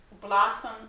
blossom